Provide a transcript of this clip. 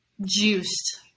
juiced